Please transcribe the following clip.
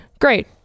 great